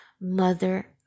Mother